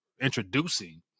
introducing